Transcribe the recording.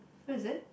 where is it